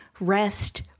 rest